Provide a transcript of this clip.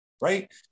right